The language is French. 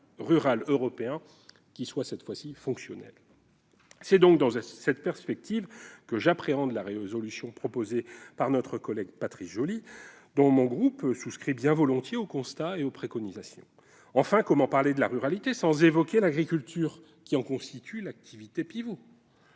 rural européen fonctionnel. C'est dans cette perspective que j'appréhende la résolution proposée par notre collègue Patrice Joly. Mon groupe souscrit bien volontiers à ses constats et à ses préconisations. Enfin, comment parler de ruralité sans évoquer l'agriculture, qui en constitue l'activité pivot ?